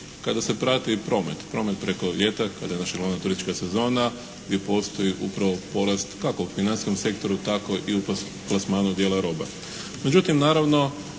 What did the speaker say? kada se prati promet, promet preko ljeta kada je naša glavna turistička sezona gdje postoji upravo porast kako u financijskom sektoru tako i u plasmanu dijela roba. Međutim, naravno